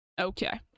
Okay